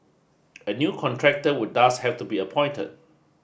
a new contractor would thus have to be appointed